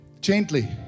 Gently